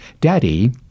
Daddy